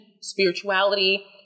spirituality